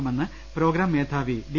M എന്ന് programme മേധാവി D